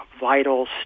vital